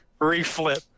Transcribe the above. Reflip